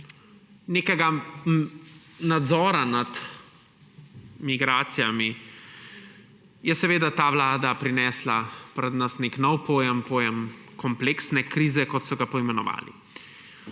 nekega nadzora nad migracijami, je seveda ta vlada prinesla pred nas nek nov pojem, pojem kompleksne krize, kot so ga poimenovali.